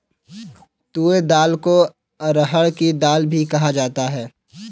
तूर दाल को अरहड़ की दाल भी कहा जाता है